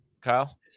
Kyle